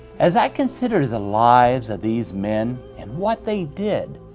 as i consider the lives of these men and what they did,